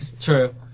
True